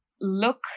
look